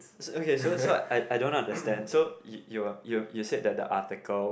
okay so so I I don't understand so you you um you said that the article